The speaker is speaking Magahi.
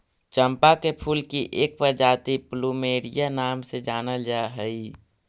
चंपा के फूल की एक प्रजाति प्लूमेरिया नाम से जानल जा हई